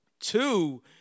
Two